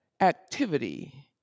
activity